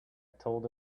told